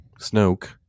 Snoke